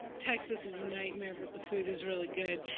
texas is a nightmare, but the food is really good.